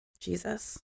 Jesus